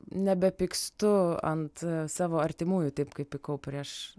nebepykstu ant savo artimųjų taip kaip pykau prieš